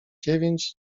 dziewięć